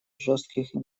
жестких